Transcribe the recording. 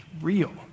real